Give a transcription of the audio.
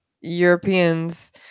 europeans